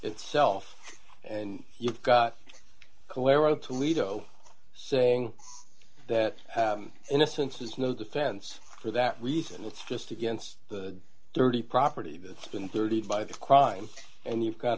itself and you've got calero to lido saying that innocence is no defense for that reason it's just against the dirty property that's been thirty by the crime and you've got